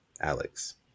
Alex